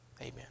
Amen